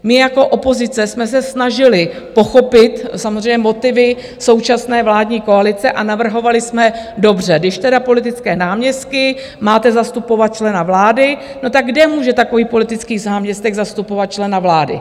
My jako opozice jsme se snažili pochopit samozřejmě motivy současné vládní koalice a navrhovali jsme, dobře, když teda politické náměstky, máte zastupovat člena vlády, no tak kde může takový politický náměstek zastupovat člena vlády?